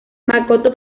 makoto